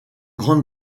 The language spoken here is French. grande